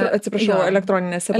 atsiprašau elektroninėse